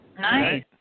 Nice